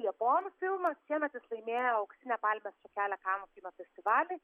japonų filmas šiemet jis laimėjo auksinę palmės šakelę kanų kino festivaly